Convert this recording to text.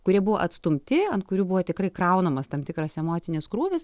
kurie buvo atstumti ant kurių buvo tikrai kraunamas tam tikras emocinis krūvis